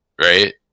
right